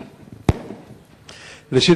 ראשית,